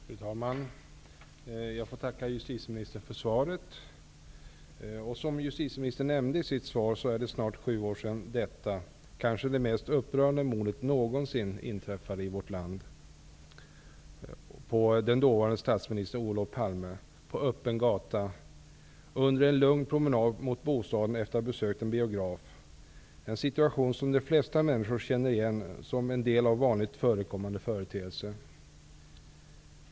Fru talman! Jag får tacka justitieministern för svaret. Som justitieministern nämnde i sitt svar är det snart sju år sedan detta, kanske det mest upprörande mordet någonsin, inträffade i vårt land. Den dåvarande statsministern Olof Palme mördades på öppen gata, under en lugn promenad mot bostaden efter att ha besökt en biograf. Det är en situation som de flesta människor känner igen som en del av en vanligt förekommande företeelse.